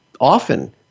often